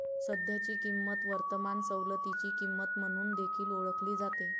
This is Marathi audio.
सध्याची किंमत वर्तमान सवलतीची किंमत म्हणून देखील ओळखली जाते